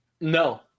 No